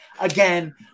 again